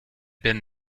been